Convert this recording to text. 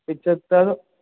पंजहतरि